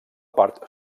part